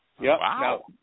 Wow